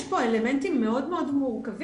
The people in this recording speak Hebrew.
יש פה אלמנטים מאוד מורכבים.